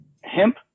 hemp